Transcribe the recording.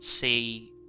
see